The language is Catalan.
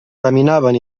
caminaven